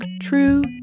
true